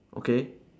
okay